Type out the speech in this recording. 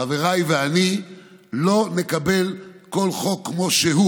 חבריי ואני, לא נקבל כל חוק כמו שהוא.